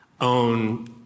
own